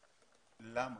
למה?